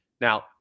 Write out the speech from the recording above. Now